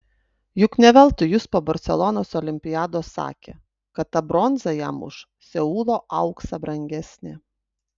juk ne veltui jis po barselonos olimpiados sakė kad ta bronza jam už seulo auksą brangesnė